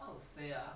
how to say ah